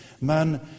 man